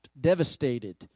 devastated